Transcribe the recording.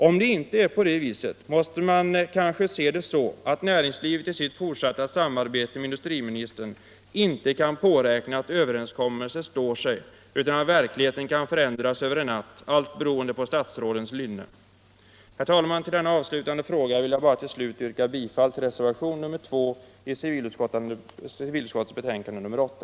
Om det inte är så, måste man kanske säga att näringslivet i sitt fortsatta samarbete med industriministern inte kan påräkna, att överenskommelser står sig utan att verkligheten kan förändras över en natt, allt beroende på statsrådets lynne. Herr talman! Efter denna avslutande fråga vill jag bara till slut yrka bifall till reservationen 2 vid civilutskottets betänkande nr 8.